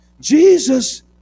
Jesus